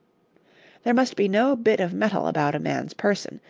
there must be no bit of metal about a man's person,